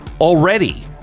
already